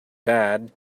bad